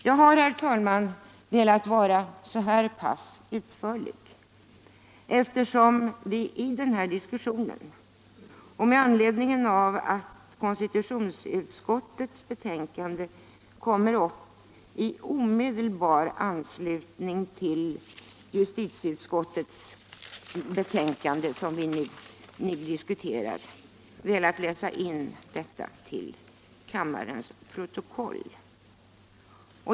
Jag har, herr talman, med anledning av att konstitutionsutskottets betänkande kommer upp i omedelbar anslutning till justitieutskottets betänkande, som vi nu diskuterar, velat läsa in detta till kammarens protokoll.